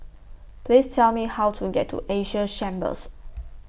Please Tell Me How to get to Asia Chambers